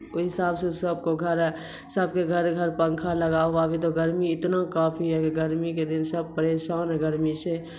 وہ حساب سے سب کو گھر ہے سب کے گھر گھر پنکھا لگا ہوا ہے ابھی تو گرمی اتنا کافی ہے کہ گرمی کے دن سب پریشان ہیں گرمی سے